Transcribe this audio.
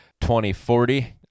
2040